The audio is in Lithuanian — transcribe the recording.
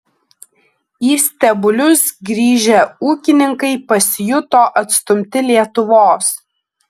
į stebulius grįžę ūkininkai pasijuto atstumti lietuvos